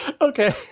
Okay